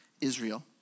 israel